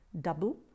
double